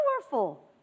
Powerful